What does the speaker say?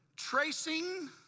Tracing